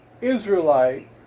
Israelite